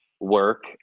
work